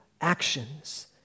actions